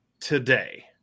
today